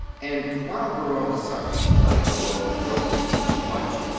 and while we're on the subject of letting the local yokels see too much,